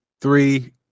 three